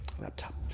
laptop